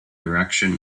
direction